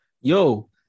Yo